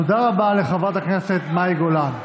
תודה רבה לחברת הכנסת מאי גולן.